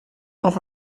noch